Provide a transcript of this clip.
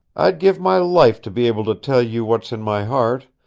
i'd give my life to be able to tell you what's in my heart.